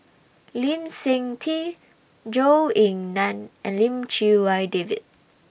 Lee Seng Tee Zhou Ying NAN and Lim Chee Wai David